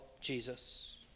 Jesus